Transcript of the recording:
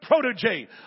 protege